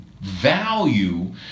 value